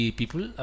people